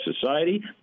society